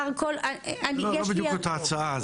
לא בדיוק אותה הצעה.